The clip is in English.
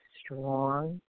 strong